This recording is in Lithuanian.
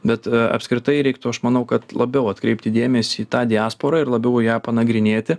bet apskritai reiktų aš manau kad labiau atkreipti dėmesį į tą diasporą ir labiau ją panagrinėti